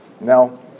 now